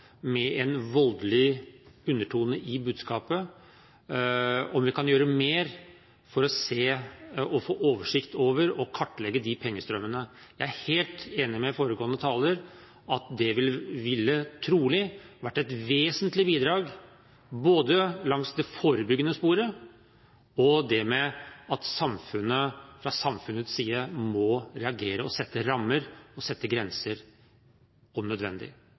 med en voldelig undertone – om vi kan gjøre mer for å få oversikt over og kartlegge de pengestrømmene. Jeg er helt enig med foregående taler i at det trolig ville vært et vesentlig bidrag, både langs det forebyggende sporet og det med at samfunnet fra sin side må reagere og sette rammer og grenser om nødvendig.